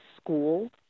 school